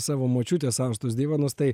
savo močiutės austus divonus tai